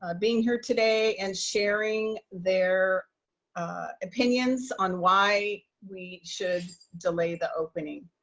ah being here today and sharing their opinions on why we should delay the opening.